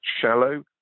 shallow